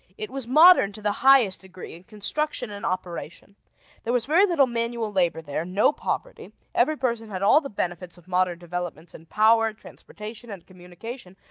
it was modern to the highest degree in construction and operation there was very little manual labor there no poverty every person had all the benefits of modern developments in power, transportation, and communication,